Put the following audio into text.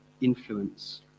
influence